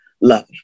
love